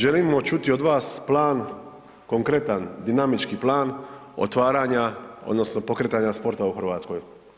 Želimo čuti od vas plan konkretan, dinamički plan otvaranja odnosno pokretanja sporta u Hrvatskoj.